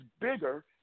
bigger